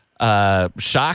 Shocked